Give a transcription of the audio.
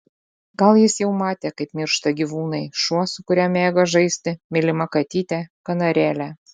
gal jis jau matė kaip miršta gyvūnai šuo su kuriuo mėgo žaisti mylima katytė kanarėlė